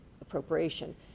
appropriation